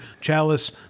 Chalice